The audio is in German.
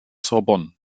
sorbonne